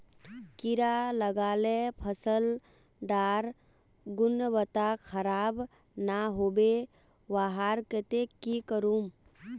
कीड़ा लगाले फसल डार गुणवत्ता खराब ना होबे वहार केते की करूम?